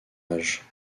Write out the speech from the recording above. âge